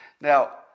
Now